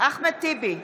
אחמד טיבי,